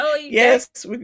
yes